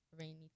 rainy